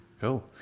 Cool